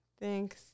Thanks